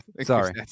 Sorry